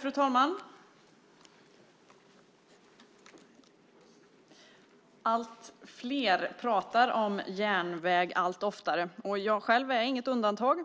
Fru talman! Allt fler pratar om järnväg allt oftare. Jag själv är inget undantag.